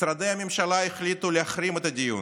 משרדי הממשלה החליטו להחרים את הדיון.